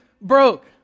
broke